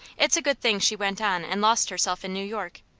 it's a good thing she went on and lost herself in new york.